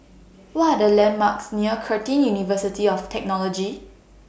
What Are The landmarks near Curtin University of Technology